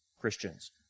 Christians